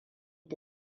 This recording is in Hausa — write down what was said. da